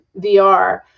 VR